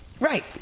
Right